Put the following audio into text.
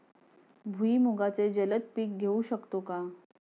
भुईमुगाचे जलद पीक घेऊ शकतो का?